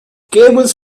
cables